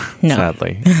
sadly